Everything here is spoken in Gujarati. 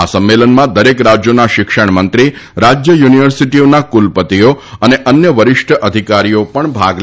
આ સંમેલનમાં દરેક રાજ્યોના શિક્ષણ મંત્રી રાજ્ય યુનિવર્સિટીઓના કુલપતિઓ અને અન્ય વરિષ્ઠ અધિકારીઓ પણ ભાગ લેશે